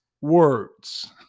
words